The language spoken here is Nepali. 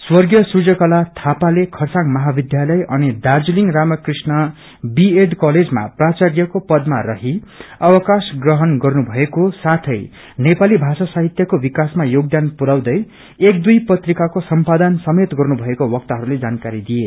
स्वर्गीय पूर्णकला थापा खरसाङ महाविध्यालय अनि दाख्रीलिङ रामाकृष्ण वीएड कलेजमा प्राच्ययको पमा रहि अवकाश ग्रहण गरेको साथै नेपाली भाषा साहित्यको विकासमा योगदान पुरयाउँदै एक दुई पत्रिकाको सम्पादन समेत गरेको वक्ताहरूले जानकारी दिए